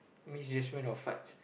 misjudgement of farts